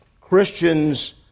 Christians